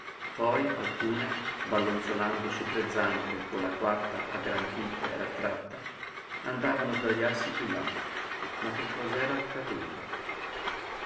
poi alcune ballonzolando su tre zampe con la quarta aggranchita e rattratta andavano a sdrajarsi piú là ma che cos'era accaduto